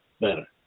better